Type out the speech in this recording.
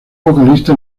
vocalista